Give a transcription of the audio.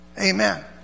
Amen